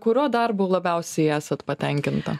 kurio darbu labiausiai esat patenkinta